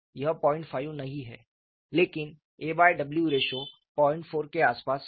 यह 05 नहीं है लेकिन aw रेश्यो 04 के आसपास है